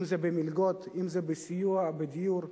אם במלגות, אם בסיוע בדיור.